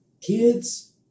kids